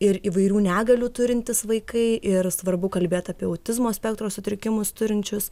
ir įvairių negalių turintys vaikai ir svarbu kalbėt apie autizmo spektro sutrikimus turinčius